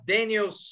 Daniel